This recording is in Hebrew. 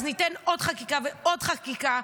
אז ניתן עוד חקיקה ועוד חקיקה,